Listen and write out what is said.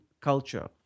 culture